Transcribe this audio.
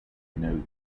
note